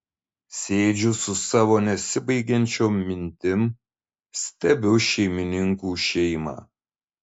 sėdžiu su savo nesibaigiančiom mintim stebiu šeimininkų šeimą